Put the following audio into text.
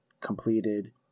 completed